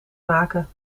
maken